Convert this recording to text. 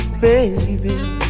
baby